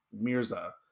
Mirza